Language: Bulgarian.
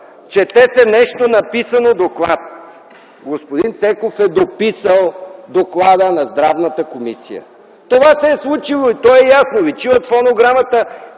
Чете се нещо, написано в доклад. Господин Цеков е дописал доклада на Здравната комисия. Това се е случило и то е ясно. Личи от фонограмата.